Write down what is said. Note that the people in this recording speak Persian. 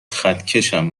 خطکشم